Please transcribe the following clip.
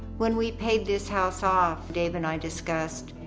when we paid this house off, david and i discussed,